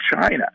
China